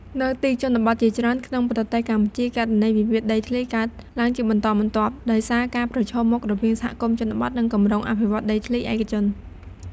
នៅទីជនបទជាច្រើនក្នុងប្រទេសកម្ពុជា ករណីវិវាទដីធ្លីកើតឡើងជាបន្តបន្ទាប់ ដោយសារការប្រឈមមុខរវាងសហគមន៍ជនបទនិងគម្រោងអភិវឌ្ឍដីធ្លីឯកជន។